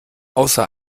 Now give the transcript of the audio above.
außer